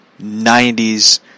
90s